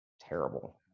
terrible